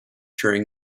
during